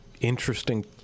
interesting